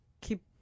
keep